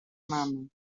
mama